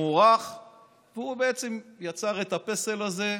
מוערך והוא יצר את הפסל הזה,